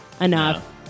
enough